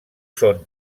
són